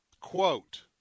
quote